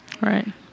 right